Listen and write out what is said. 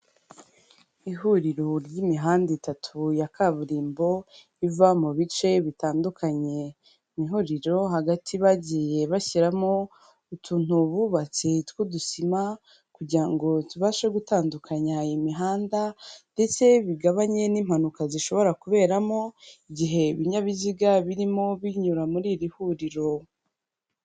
Ihuriro ry'imihanda itatu ya kaburimbo iva mu bice bitandukanye. Ni ihuriro hagati bagiye bashyiramo utuntu bubatse tw'udusima kugira ngo tubashe gutandukanya imihanda ndetse bigabanye n'impanuka zishobora kuberamo igihe ibinyabiziga birimo binyura muri iri huriro.